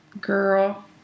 girl